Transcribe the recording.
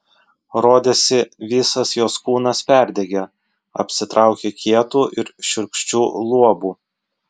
rodėsi visas jos kūnas perdegė apsitraukė kietu ir šiurkščiu luobu